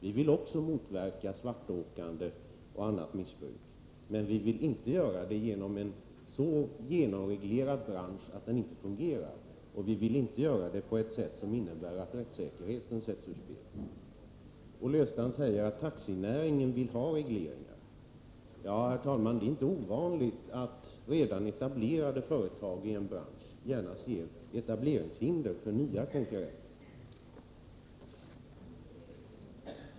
Vi vill också motverka svartåkande och annat missbruk, men vi vill inte göra det genom en så kraftig reglering av branschen att den inte fungerar eller på ett sätt som innebär att rättssäkerheten sätts ur spel. Olle Östrand säger att taxinäringen vill ha regleringar. Ja, herr talman, det är inte ovanligt att redan etablerade företag i en bransch gärna ser etableringshinder för nya konkurrenter.